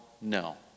no